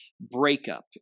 breakup